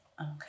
Okay